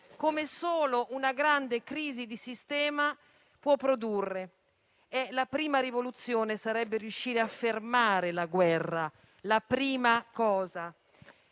come solo una grande crisi di sistema può produrre. La prima rivoluzione sarebbe riuscire a fermare la guerra. Stiamo